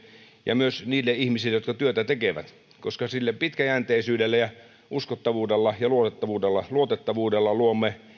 ja myös niille ihmisille jotka työtä tekevät koska pitkäjänteisyydellä ja uskottavuudella ja luotettavuudella luotettavuudella luomme